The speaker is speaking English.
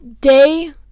day